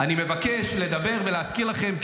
אני מבקש לדבר ולהזכיר לכם,